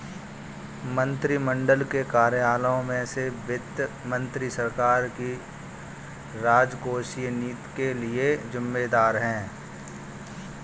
मंत्रिमंडल के कार्यालयों में से वित्त मंत्री सरकार की राजकोषीय नीति के लिए जिम्मेदार है